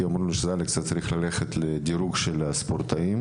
כי הם אמרו שאני צריך ללכת לדירוג הספורטאים,